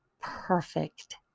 perfect